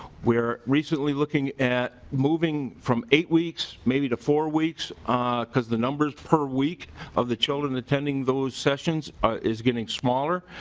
we are recently looking at moving from eight weeks maybe to four weeks because the numbers per week of the children attending those sessions is getting smaller.